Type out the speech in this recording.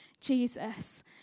Jesus